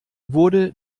wurde